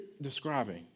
describing